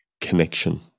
connection